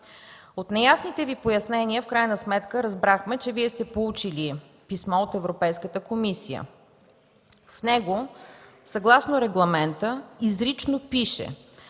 От неясните Ви пояснения в крайна сметка разбрахме, че сте получили писмо от Европейската комисия. В него съгласно регламента изрично пише,